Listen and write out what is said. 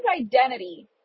identity